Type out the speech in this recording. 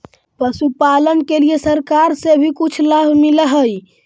पशुपालन के लिए सरकार से भी कुछ लाभ मिलै हई?